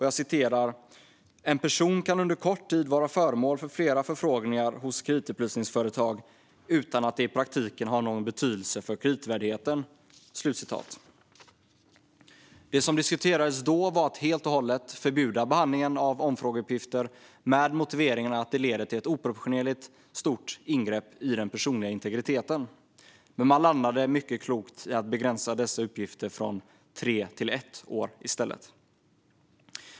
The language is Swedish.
Jag citerar: "En person kan under kort tid vara föremål för flera förfrågningar hos kreditupplysningsföretag utan att det i praktiken har någon betydelse för kreditvärdigheten." Det som diskuterades då var att helt och hållet förbjuda behandlingen av omfrågeuppgifter med motiveringen att det leder till ett oproportionerligt stort ingrepp i den personliga integriteten, men man landade mycket klokt i att begränsa dessa uppgifter från tre till ett år.